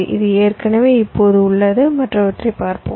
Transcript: இது ஏற்கனவே இப்போது உள்ளது மற்றவற்றை பார்ப்போம்